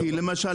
למשל,